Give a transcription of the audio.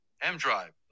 M-Drive